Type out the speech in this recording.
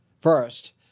First